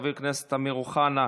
חבר הכנסת אמיר אוחנה,